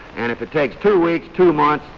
and if it takes two weeks, two months,